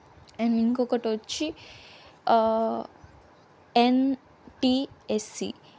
and ఇంకొకటి వచ్చి NTSE